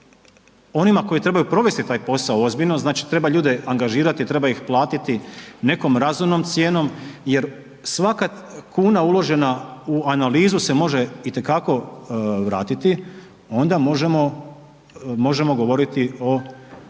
onima koji trebaju provesti taj posao ozbiljno, znači treba ljude angažirati, treba ih platiti nekom razumnom cijenom jer svaka kuna uložena u analizu se može itekako vratiti, onda možemo, možemo govoriti o, o